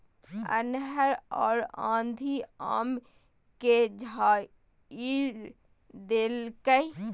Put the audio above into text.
अन्हर आ आंधी आम के झाईर देलकैय?